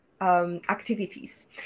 activities